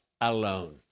alone